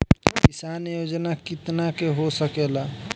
किसान योजना कितना के हो सकेला?